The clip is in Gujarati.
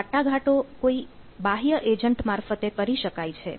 આ વાટાઘાટો કોઈ બાહ્ય એજન્ટ મારફતે કરી શકાય છે